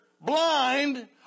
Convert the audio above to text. blind